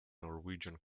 norwegian